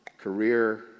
career